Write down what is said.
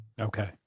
okay